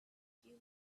few